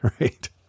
right